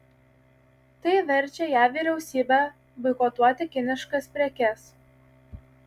tai verčia jav vyriausybę boikotuoti kiniškas prekes